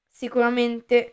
sicuramente